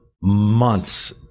months